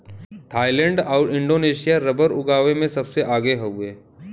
Thailand आउर Indonesia rubber उगावे में सबसे आगे हउवे